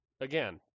Again